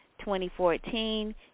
2014